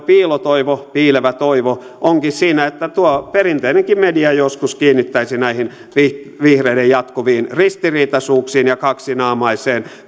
piilotoivo piilevä toivo onkin siinä että tuo perinteinenkin media joskus kiinnittäisi näihin vihreiden vihreiden jatkuviin ristiriitaisuuksiin ja kaksinaamaiseen